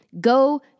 go